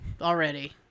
already